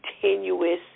continuous